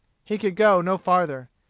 he could go no farther.